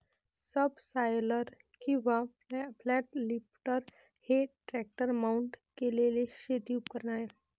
subsoiler किंवा flat lifter हे tractor mount केलेले शेती उपकरण आहे